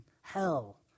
hell